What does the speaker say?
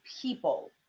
people